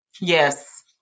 Yes